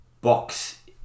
box